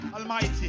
Almighty